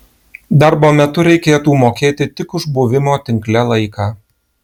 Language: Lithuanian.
darbo metu reikėtų mokėti tik už buvimo tinkle laiką